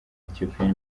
ethiopia